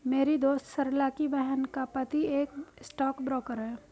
मेरी दोस्त सरला की बहन का पति एक स्टॉक ब्रोकर है